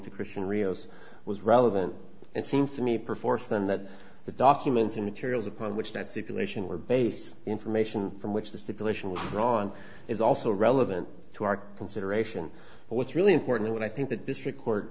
to christian rios was relevant and seems to me perforce than that the documents in materials upon which that simulation were based information from which the stipulation was drawn is also relevant to our consideration but what's really important i think that district court